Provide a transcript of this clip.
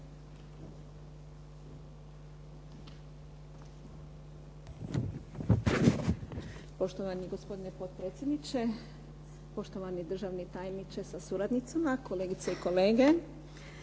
Poštovani gospodine potpredsjedniče, poštovani državni tajniče sa suradnicama, kolegice i kolege.